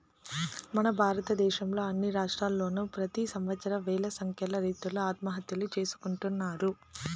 మన భారతదేశంలో అన్ని రాష్ట్రాల్లోనూ ప్రెతి సంవత్సరం వేల సంఖ్యలో రైతులు ఆత్మహత్యలు చేసుకుంటున్నారు